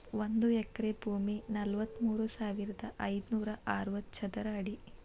ಒಂದ ಎಕರೆ ಭೂಮಿ ನಲವತ್ಮೂರು ಸಾವಿರದ ಐದನೂರ ಅರವತ್ತ ಚದರ ಅಡಿ